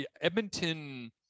edmonton